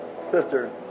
sister